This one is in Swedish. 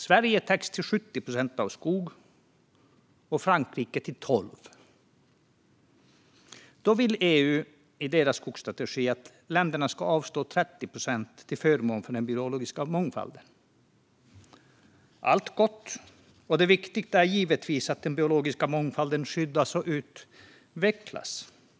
Sverige täcks till 70 procent av skog och Frankrike till 12 procent. EU vill i sin skogsstrategi att länderna ska avstå 30 procent till förmån för den biologiska mångfalden. Allt gott - det viktiga är givetvis att den biologiska mångfalden skyddas och utvecklas.